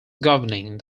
governing